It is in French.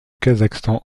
kazakhstan